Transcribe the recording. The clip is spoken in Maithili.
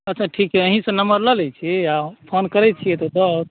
मतलब ठीक छै अहींसंँ नम्बर लऽ लए छी आ फोन करए छिऐ तऽ दऽ जाएत